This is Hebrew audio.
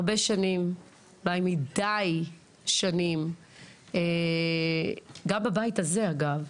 הרבה שנים, הרבה מידי שנים, גם בבית הזה אגב,